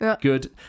Good